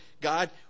God